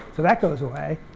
so that goes away.